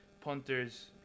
punters